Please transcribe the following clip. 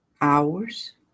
hours